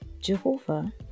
Jehovah